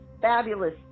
fabulous